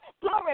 Glory